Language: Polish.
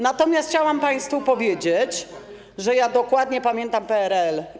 Natomiast chciałam państwu powiedzieć, że dokładnie pamiętam PRL.